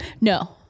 No